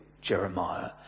jeremiah